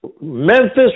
Memphis